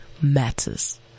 matters